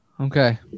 Okay